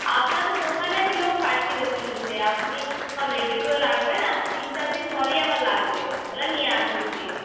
আপনাদের দোকানে আমি লোক পাঠিয়ে দেবো নিতে আপনি সব রেডি করে রাখবেন আর তিনচার দিন পরেই আমার লাগবে ওরা নিয়ে আসবে গিয়ে